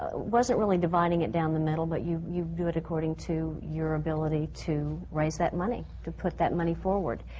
wasn't really dividing it down the middle, but you you do it according to your ability to raise that money, to put that money forward.